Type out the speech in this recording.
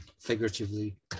figuratively